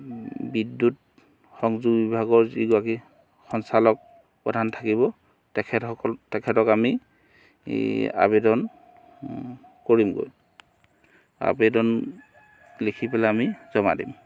বিদ্যুত সংযোগ বিভাগৰ যিগৰাকী সঞ্চালক প্ৰধান থাকিব তেখেতসকলক তেখেতক আমি এই আবেদন কৰিমগৈ আবেদন লিখি পেলাই আমি জমা দিম